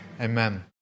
Amen